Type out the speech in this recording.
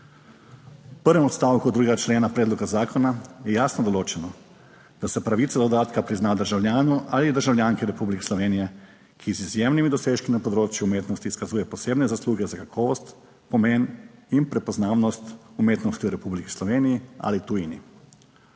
V prvem odstavku 2. člena predloga zakona je jasno določeno, da se pravica do dodatka prizna državljanu ali državljanke Republike Slovenije, ki z izjemnimi dosežki na področju umetnosti izkazuje posebne zasluge za kakovost, pomen in prepoznavnost umetnosti v Republiki Sloveniji ali v tujini,